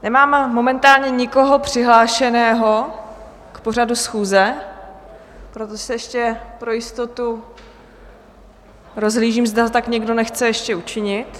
Nemám momentálně nikoho přihlášeného k pořadu schůze, proto se ještě pro jistotu rozhlížím, zda tak někdo nechce ještě učinit.